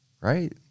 right